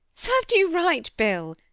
served you right, bill!